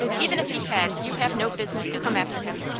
even if he had you have no business to come after him.